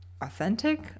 authentic